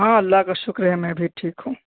ہاں اللہ کا شکر ہے میں بھی ٹھیک ہوں